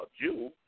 Jew